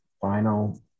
final –